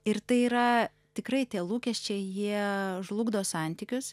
ir tai yra tikrai tie lūkesčiai jie žlugdo santykius